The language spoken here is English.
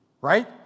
right